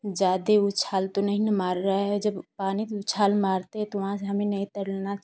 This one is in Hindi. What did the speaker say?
जादे उछाल तो नहीं न मार रहा जब पानी उछाल मारते तो हमें वहाँ नहीं तैरना